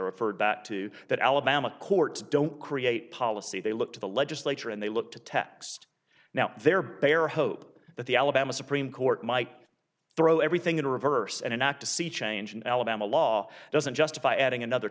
referred back to that alabama courts don't create policy they look to the legislature and they look to text now their bare hope that the alabama supreme court might throw everything in reverse and enact a sea change in alabama law doesn't justify adding another